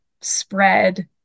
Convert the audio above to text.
spread